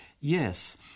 Yes